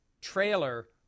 trailer